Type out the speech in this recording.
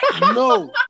No